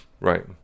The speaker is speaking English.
right